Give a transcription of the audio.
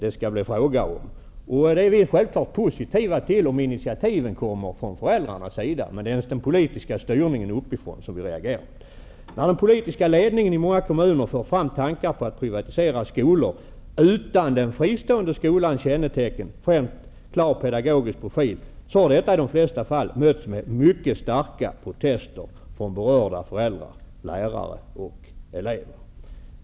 Vi är självfallet positiva till att initiativen kommer från föräldrarnas sida. Det är dock den politiska styrningen uppifrån som vi reagerar mot. Nu har den politiska ledningen i flera kommuner fört fram tankar på att privatisera skolor utan den fristående skolans kännetecken med en klar pedagogisk profil. Detta har i de flesta fall mötts med mycket starka protester från berörda föräldrar, lärare och elever.